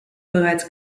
bereits